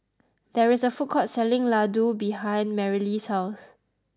there is a food court selling Ladoo behind Merrilee's house